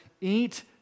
eat